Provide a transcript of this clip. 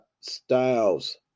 Styles